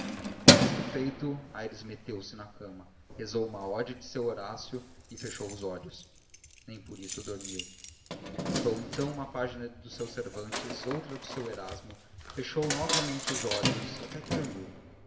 isto feito aires meteu-se na cama rezou uma ode do seu horácio e fechou os olhos nem por isso dormiu tentou então uma página do seu cervantes outra do seu erasmo fechou novamente os olhos até que dormiu